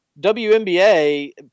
WNBA